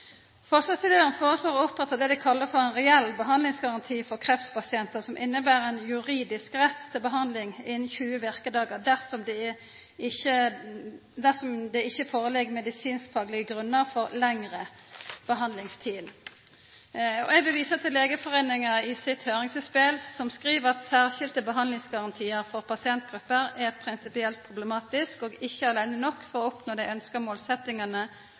målsetjinga er i tråd med dei faglege råda frå Helsedirektoratet. Forslagsstillarane foreslår å oppretta det dei kallar for «en reell behandlingsgaranti for kreftpasienter», som inneber ein juridisk rett til behandling innan 20 virkedagar dersom det ikkje føreligg medisinskfaglege grunnar for lengre behandlingstid. Eg vil visa til at Legeforeningen i sitt høyringsutspel skriv: «Særskilte behandlingsgarantier for pasientgrupper er prinsipielt problematisk og ikke alene tilstrekkelig for å oppnå